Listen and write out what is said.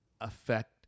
affect